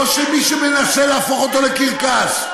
לא למי שמנסה להפוך אותו לקרקס.